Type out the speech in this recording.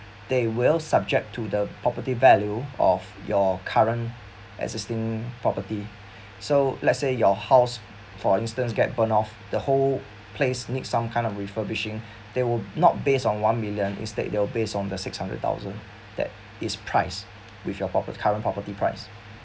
they will subject to the property value of your current existing property so let's say your house for instance get burn off the whole place need some kind of refurbishing they will not based on one million instead they'll based on the six hundred thousand that is price with your prope~ current property price